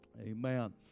Amen